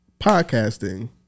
podcasting